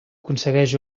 aconsegueix